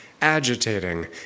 agitating